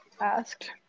asked